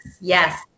yes